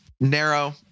narrow